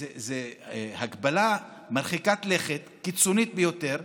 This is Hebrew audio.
זו הגבלה מרחיקת לכת, קיצונית ביותר,